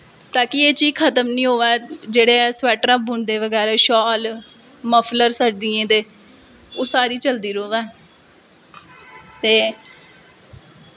ताकि एह् चीज खत्म नी होऐ जेह्ड़े स्वैट्टर बुनदे बगैरा शॉल मफलर सर्दियें दे ओह् सारा चलदी र'वै ते